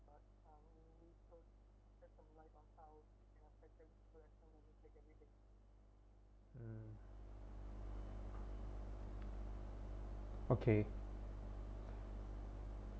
okay